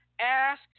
ask